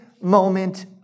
moment